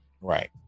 right